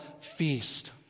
feast